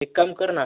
एक काम कर ना